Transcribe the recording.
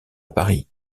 paris